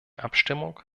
abstimmung